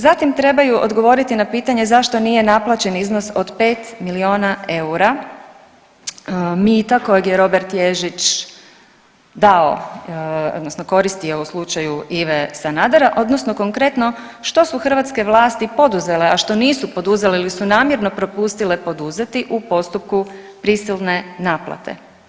Zatim trebaju odgovoriti na pitanje zašto nije naplaćen iznos od 5 milijuna eura mita kojeg je Robert Ježić dao, odnosno koristio u slučaju Ive Sanadera, odnosno konkretno što su hrvatske vlasti poduzele, a što nisu poduzele ili su namjerno propustile poduzeti u postupku prisilne naplate.